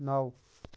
نَو